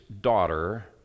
daughter